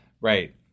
Right